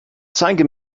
zeige